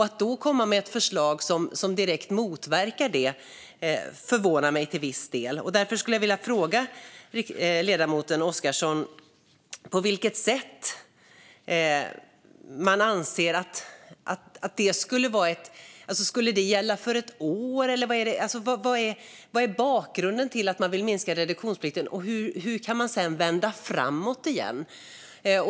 Att då komma med ett förslag som direkt motverkar det förvånar mig till viss del. Därför skulle jag vilja fråga ledamoten Oscarsson hur man tänker. Skulle det gälla för ett år? Vad är bakgrunden till att man vill minska reduktionsplikten? Hur kan man sedan vända framåt igen?